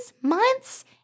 months